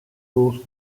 rules